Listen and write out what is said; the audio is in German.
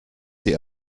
die